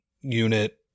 unit